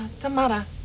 Tamara